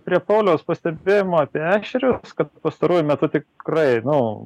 prie pauliaus pastebėjimų apie ešerius kad pastaruoju metu tikrai nu